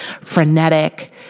frenetic